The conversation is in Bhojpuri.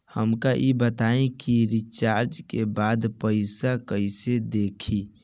हमका ई बताई कि रिचार्ज के बाद पइसा कईसे देखी?